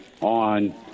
on